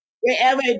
wherever